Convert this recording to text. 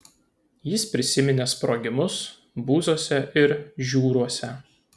jis prisiminė sprogimus buzuose ir žiūruose